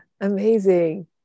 amazing